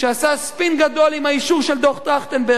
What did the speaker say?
שעשה ספין גדול עם האישור של דוח-טרכטנברג,